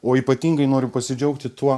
o ypatingai noriu pasidžiaugti tuo